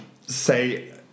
say